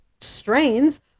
strains